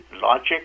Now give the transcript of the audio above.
logic